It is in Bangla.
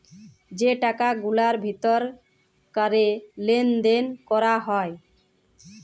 যে টাকা গুলার ভিতর ক্যরে লেলদেল ক্যরা হ্যয়